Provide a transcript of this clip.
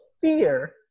fear